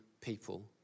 people